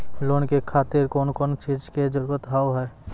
Loan के खातिर कौन कौन चीज के जरूरत हाव है?